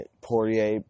Poirier